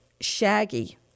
shaggy